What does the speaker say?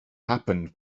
happened